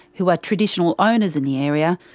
who are traditional owners in the area,